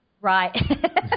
Right